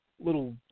little